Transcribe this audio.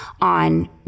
on